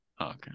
Okay